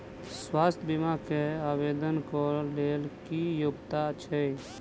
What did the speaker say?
स्वास्थ्य बीमा केँ आवेदन कऽ लेल की योग्यता छै?